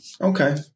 okay